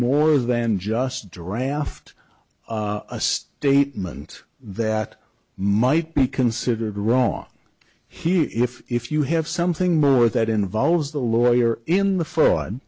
more than just draft a statement that might be considered wrong here if if you have something more that involves the lawyer in the f